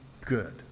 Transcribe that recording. good